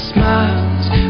Smiles